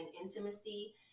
intimacy